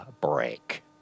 break